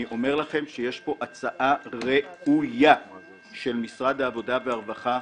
אני אומר לכם שיש פה הצעה ראויה של משרד העבודה והרווחה.